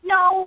No